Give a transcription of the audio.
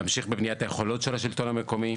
להמשיך בבניית היכולות של השלטון המקומי.